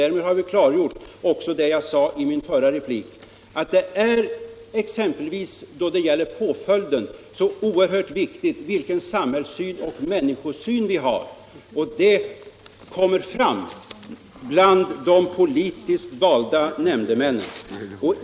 Därmed har vi klargjort även det jag sade i min förra replik, nämligen att det då det gäller påföljden är oerhört viktigt vilken samhällssyn och människosyn vi har. Det kommer fram bland de politiskt valda nämndemännen.